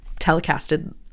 telecasted